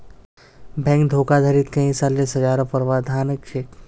bank धोखाधडीत कई सालेर सज़ारो प्रावधान छेक